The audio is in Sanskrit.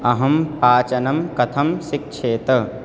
अहं पाचनं कथं शिक्षेत्